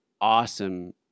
awesome